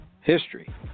history